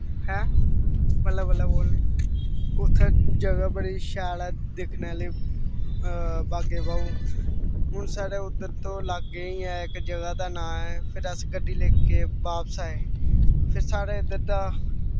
हैं बल्लें बल्लें बोलने उत्थै जगह बड़ी शैल ऐ दिक्खने आह्ली बाग ए बहु हून साढ़े उद्धर तो लाग्गे ही ऐं इक जगह दा नांऽ ऐ फिर अस गड्डी लेके बापस आए फिर साढ़े इद्धर दा